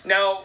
Now